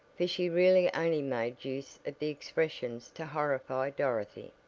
for she really only made use of the expressions to horrify dorothy.